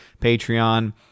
patreon